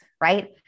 right